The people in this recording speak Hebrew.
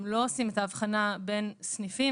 הם לא עושים את ההבחנה בין סניפים.